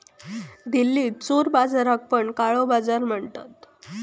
दिल्लीत चोर बाजाराक पण काळो बाजार म्हणतत